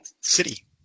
City